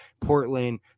Portland